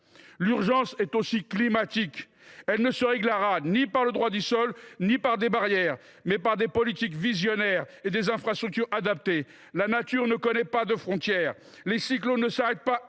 L’urgence est aussi climatique et nous n’y répondrons ni par le droit du sol ni par des barrières, mais par des politiques visionnaires et des infrastructures adaptées. La nature ne connaît pas de frontières : les cyclones ne s’arrêtent pas